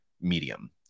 medium